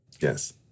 Yes